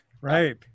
right